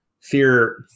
fear